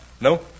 No